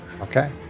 Okay